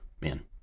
man